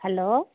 hello